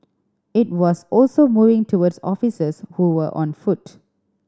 it was also moving towards officers who were on foot